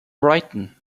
brighton